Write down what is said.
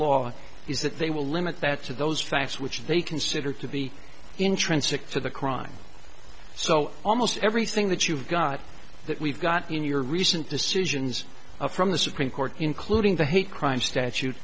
law is that they will limit that to those facts which they consider to be intrinsic to the crime so almost everything that you've got that we've got in your recent decisions from the supreme court including the hate crime